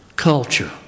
culture